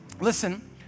listen